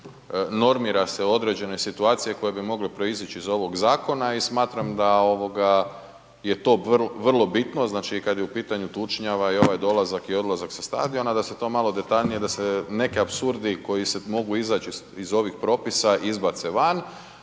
normira se određene situacije koje bi mogle proizić iz ovog zakona i smatram da ovoga je to vrlo bitno, znači kad je u pitanju tučnjava i ovaj dolazak i odlazak sa stadiona da se to malo detaljnije, da se neki apsurdi koji se mogu izać iz ovih propisa izbace van,